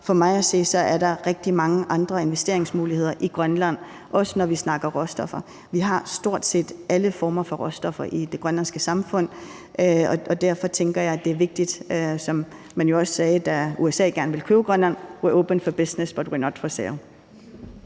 For mig at se er der rigtig mange andre investeringsmuligheder i Grønland, også når vi snakker råstoffer. Vi har stort set alle former for råstoffer i det grønlandske samfund, og derfor tænker jeg, det er vigtigt, som man jo også sagde, da USA gerne ville købe Grønland: We are open for business, but we are not for sale.